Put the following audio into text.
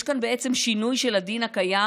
יש כאן בעצם שינוי של הדין הקיים,